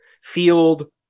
Field